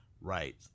Right